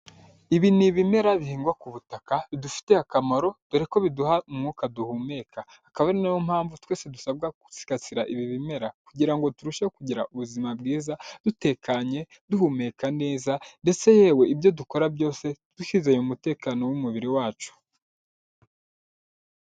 Ibi ni ibimera bihingwa ku butaka bidufitiye akamaro dore ko biduha umwuka duhumeka akaba ari nayo mpamvu twese dusabwa gusigasira ibi bimera kugira ngo turusheho kugira ubuzima bwiza dutekanye, duhumeka neza ndetse yewe ibyo dukora byose tunizeye umutekano w'umubiri wacu.